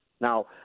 Now